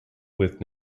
with